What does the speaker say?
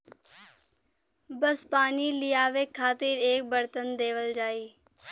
बस पानी लियावे खातिर एक बरतन देवल जाई